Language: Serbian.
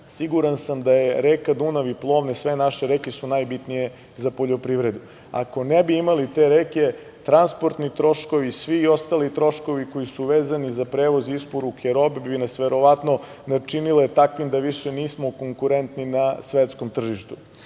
siguran sam da je reka Dunav i plovne sve naše reke su najbitnije za poljoprivredu. Ako ne bi imali te reke transportni troškovi svi i ostali troškovi koji su vezani za prevoz i isporuke robe bi nas verovatno načinile takvim da više nismo u konkurentni na svetskom tržištu. Ja